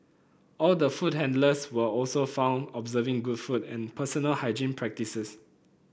all the food handlers were also found observing good food and personal hygiene practices